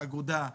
האגודה,